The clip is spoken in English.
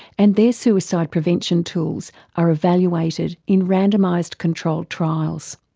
and their suicide prevention tools are evaluated in randomised controlled trials.